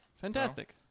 Fantastic